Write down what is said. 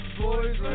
boys